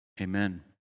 Amen